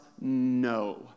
no